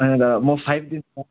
होइन दा म फाइभ दिन्छु